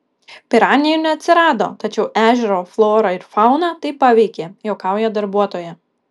piranijų neatsirado tačiau ežero florą ir fauną tai paveikė juokauja darbuotoja